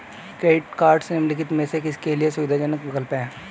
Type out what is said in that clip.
Credit cards निम्नलिखित में से किसके लिए सुविधाजनक विकल्प हैं?